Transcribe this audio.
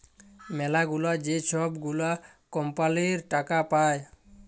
ম্যালাগুলা যে ছব গুলা কম্পালির টাকা পায়